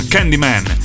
Candyman